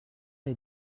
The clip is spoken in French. est